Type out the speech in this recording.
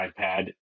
iPad